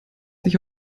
sich